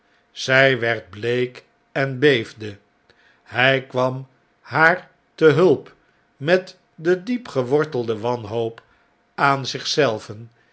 zjj werd bleek en beefde hij kwam haar te hulp met de diepgewortelde wanhoop aan